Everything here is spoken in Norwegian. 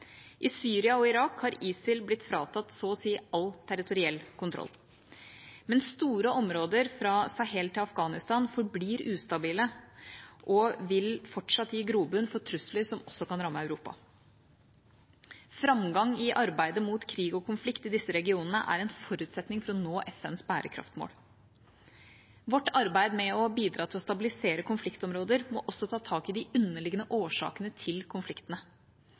I Syria og Irak har ISIL blitt fratatt så å si all territoriell kontroll. Men store områder, fra Sahel til Afghanistan, forblir ustabile og vil fortsatt gi grobunn for trusler som også kan ramme Europa. Framgang i arbeidet mot krig og konflikt i disse regionene er en forutsetning for å nå FNs bærekraftsmål. Vårt arbeid med å stabilisere konfliktområder må også ta tak i de underliggende årsakene til konfliktene.